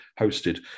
hosted